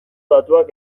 datuak